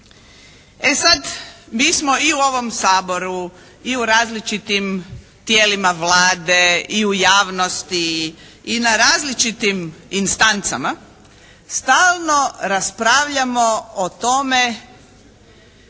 E sad, mi smo i u ovom Saboru i u različitim tijelima Vlade i u javnosti i na različitim instancama stalno raspravljamo o tome